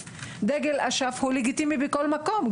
דגל אש"ף הוא לגיטימי בכל מקום,